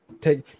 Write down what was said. take